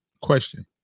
Question